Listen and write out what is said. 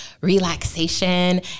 relaxation